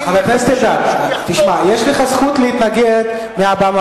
אם, חבר הכנסת אלדד, יש לך זכות להתנגד מהבמה.